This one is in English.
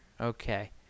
Okay